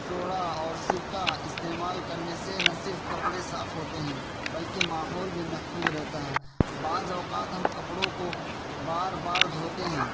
soda اور سرکا استعمال کرنے سے نہ صرف کپڑے صاف ہوتے ہیں بلکہ ماحول بھی محفوظ رہتا ہے بعض اوقات ہم کپڑوں بار بار دھوتے ہیں